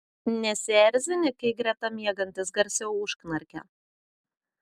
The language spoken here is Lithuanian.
nesierzini kai greta miegantis garsiau užknarkia